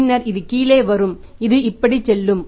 பின்னர் இது கீழே வரும் இது இப்படிசெல்லும்